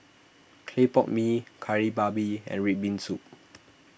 Clay Pot Mee Kari Babi and Red Bean Soup